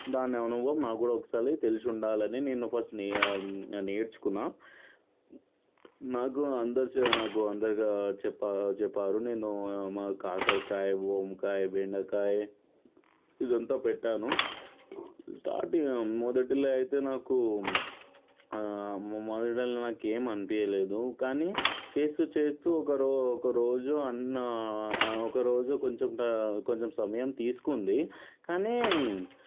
దాని అనుభవం నాకు కూడా ఒకసారి తెలిసి ఉండాలని నేను ఫస్ట్ నే నేర్చుకున్నాను నాకు అందరి చె అందరూ చెప్పా చెప్పారు నేను కాకరకాయ వంకాయ బెండకాయ ఇదంతా పెట్టాను స్టార్టింగ్ మొదటిలో అయితే మొదట్లో నాకు ఏం అనిపియ్యలేదు కానీ చేస్తూ చేస్తూ ఒకరో ఒకరోజు అన్న ఒకరోజు కొంచెం ట కొంచెం సమయం తీసుకుంది కానీ